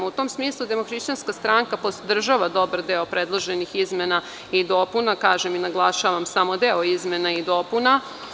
U tom smislu DHSS podržava dobar deo predloženih izmena i dopuna, kažem i naglašavam, samo deo izmena i dopuna.